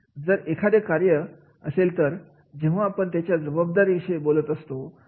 जर एखादं कार्य असेल तर जेव्हा आपण त्याच्या जबाबदार याविषयी बोलत असतो